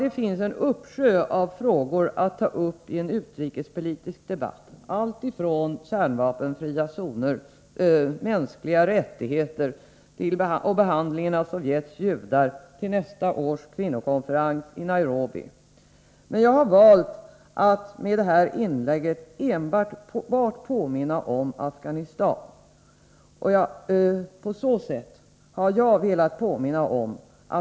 Det finns en uppsjö av frågor att ta upp i en utrikespolitisk debatt alltifrån kärnvapenfria zoner, mänskliga rättigheter och behandlingen av Sovjets judar till nästa års kvinnokonferens i Nairobi. Jag har emellertid valt att med detta inlägg enbart påminna om Afghanistan.